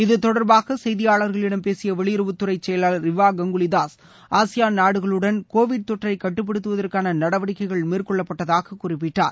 இது தொடர்பாக செய்தியாளர்களிடம் பேசிய வெளியுறவுத் துறை செயலர் ரிவா கங்குலி தாஸ் நாடுகளுடன் தொற்றைக் கட்டுப்படுத்துவதற்கான ஆசியான் நடவடிக்கைகள் மேற்கொள்ளப்பட்டதாக குறிப்பிட்டார்